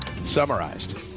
Summarized